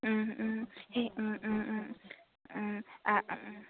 ও ও ও ও